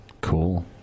Cool